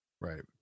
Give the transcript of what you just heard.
right